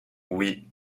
oui